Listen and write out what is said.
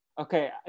Okay